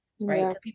right